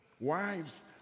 Wives